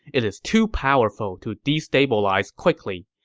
it is too powerful to destabilize quickly.